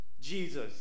Jesus